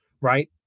right